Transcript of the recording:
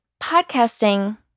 Podcasting